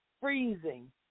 freezing